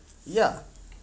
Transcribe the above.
ya